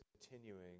continuing